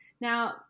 Now